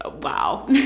Wow